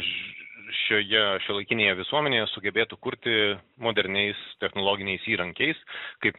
šioje šiuolaikinėje visuomenėje sugebėtų kurti moderniais technologiniais įrankiais kaip